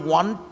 one